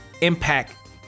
impact